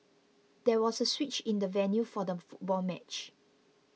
there was a switch in the venue for the football match